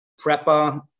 PREPA